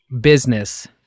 business